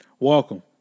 Welcome